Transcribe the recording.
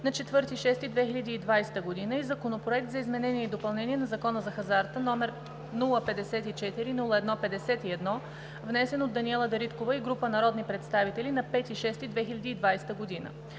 на 4 юни 2020 г., и Законопроект за изменение и допълнение на Закона за хазарта, № 054-01-51, внесен от Даниела Дариткова и група народни представители на 5 юни 2020 г.